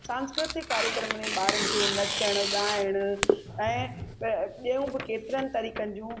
सांस्कृतिक कार्यक्रम में ॿारनि खे नचण ॻाइण ऐं ॿियूं केतिरनि तरीक़नि जूं